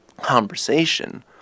conversation